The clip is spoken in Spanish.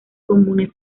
comunes